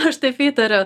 aš taip įtariu